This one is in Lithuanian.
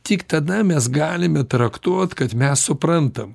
tik tada mes galime traktuot kad mes suprantam